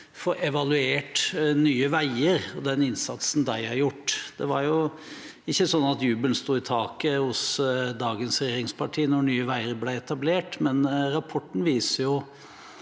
skulle få evaluert Nye veier og den innsatsen de har gjort. Det var ikke sånn at jubelen sto i taket hos dagens regjeringsparti da Nye veier ble etablert, men rapporten viser at